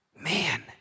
man